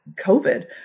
COVID